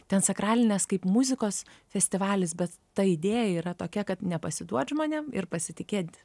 ten sakralinės kaip muzikos festivalis bet ta idėja yra tokia kad nepasiduot žmonėm ir pasitikėt